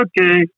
okay